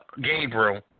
Gabriel